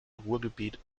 ruhrgebiet